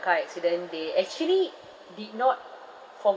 car accident they actually did not forgo